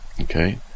Okay